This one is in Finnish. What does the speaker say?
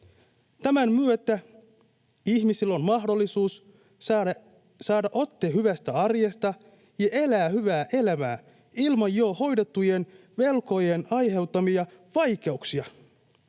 Tämän myötä ihmisen on mahdollisuus saada ote hyvästä arjesta ja elää hyvää elämää ilman jo hoidettujen velkojen aiheuttamia vaikeuksia.